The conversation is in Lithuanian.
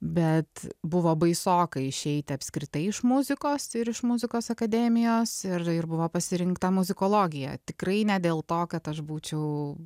bet buvo baisoka išeiti apskritai iš muzikos ir iš muzikos akademijos ir buvo pasirinkta muzikologija tikrai ne dėl to kad aš būčiau